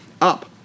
up